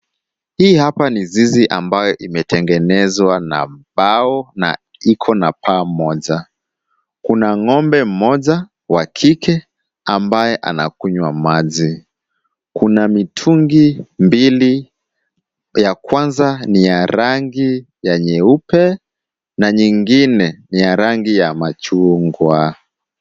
Hii hapa ni zizi ambayo imetengenezwa na mbao na iko na paa moja. Kuna ng'ombe mmoja wa kike ambaye anakunywa maji. Kuna mitungi mbili, ya kwanza ni ya rangi ya nyeupe na nyingine ni ya rangi ya machungwa.